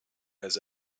has